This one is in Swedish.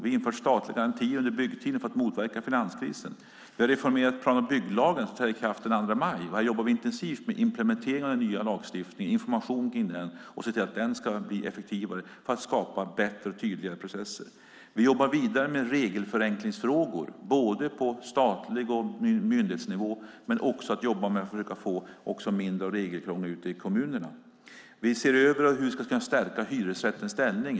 Vi införde statlig garanti under byggtiden för att motverka finanskrisen. Vi har reformerat plan och bygglagen som träder i kraft den 2 maj. Här jobbar vi intensivt med implementeringen av och information om den nya lagstiftningen för att se till att den ska bli effektivare och skapa bättre och tydligare processer. Vi jobbar vidare med regelförenklingsfrågor både på statlig nivå och på myndighetsnivå. Vi jobbar också med att försöka få mindre av regelkrångel ute i kommunerna. Vi ser över hur vi ska kunna stärka hyresrättens ställning.